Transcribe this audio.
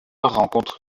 rencontre